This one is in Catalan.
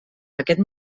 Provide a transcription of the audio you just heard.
aquest